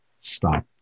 stop